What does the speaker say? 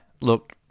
Look